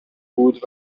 بود